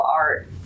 art